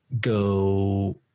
go